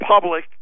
public